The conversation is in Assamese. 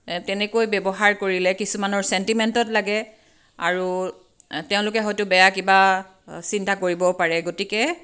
তেনেকৈ ব্যৱহাৰ কৰিলে কিছুমানৰ চেণ্টিমেণ্টত লাগে আৰু তেওঁলোকে হয়টো বেয়া কিবা চিন্তা কৰিবও পাৰে গতিকে